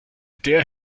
der